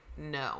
No